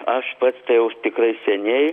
aš pats tai jau tikrai seniai